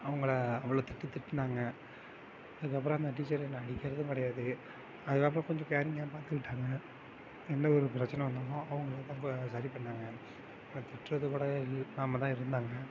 அவங்கள அவ்வளோ திட்டு திட்டினாங்க அதுக்கப்றம் அந்த டீச்சர் என்னை அடிக்கிறதும் கிடையாது அதுக்கப்றம் கொஞ்சம் கேரிங்காக பார்த்துகிட்டாங்க எந்த ஒரு பிரச்சன வந்தாலும் அவங்கதான் சரி பண்ணாங்க திட்டுறது கூட சொல்லாமல் தான் இருந்தாங்க